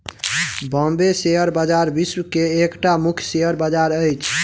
Bombay share बजार विश्व के एकटा मुख्य शेयर बजार अछि